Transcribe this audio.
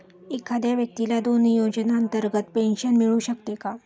एखाद्या व्यक्तीला दोन योजनांतर्गत पेन्शन मिळू शकते का?